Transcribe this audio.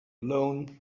alone